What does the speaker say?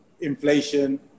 inflation